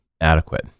adequate